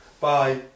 Bye